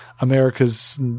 America's